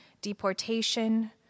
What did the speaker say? deportation